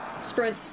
Spread